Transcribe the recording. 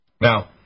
Now